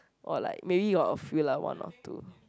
or like maybe got a few lah one or two